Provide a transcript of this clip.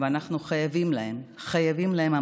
שאנחנו חייבים להם המון.